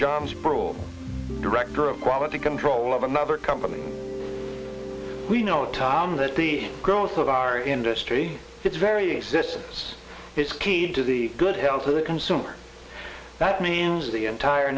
spruill director of quality control of another company we know tom that the growth of our industry its very existence is key to the good health of the consumer that means the entire